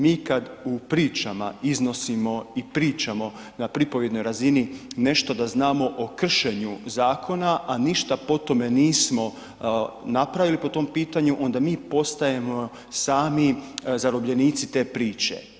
Mi kad u pričama iznosimo i pričamo na pripovjednoj razini nešto da znamo o kršenju zakona a ništa po tome nismo napravili po tom pitanju, onda mi postajemo sami zarobljenici te priče.